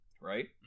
right